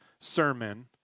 sermon